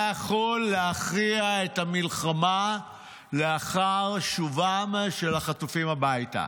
היה יכול להכריע את המלחמה לאחר שובם של החטופים הביתה.